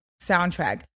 soundtrack